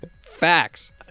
Facts